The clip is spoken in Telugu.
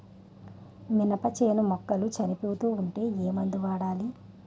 మినప చేను మొక్కలు చనిపోతూ ఉంటే ఏమందు వాడాలి?